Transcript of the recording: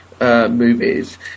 Movies